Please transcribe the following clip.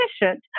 efficient